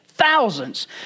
Thousands